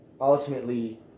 ultimately